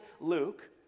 Luke